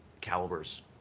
calibers